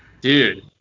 Dude